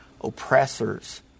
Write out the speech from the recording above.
oppressors